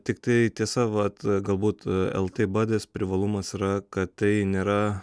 tiktai tiesa vat galbūt el ti badis privalumas yra kad tai nėra